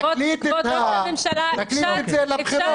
--- תקליט את זה לבחירות.